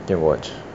then watch